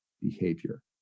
behavior